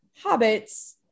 hobbits